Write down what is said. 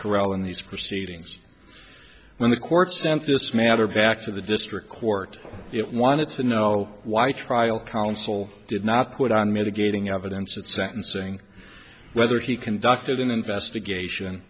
perot in these proceedings when the court sent this matter back to the district court it wanted to know why the trial counsel did not quit on mitigating evidence at sentencing whether he conducted an investigation